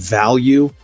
value